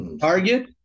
Target